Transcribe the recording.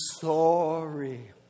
sorry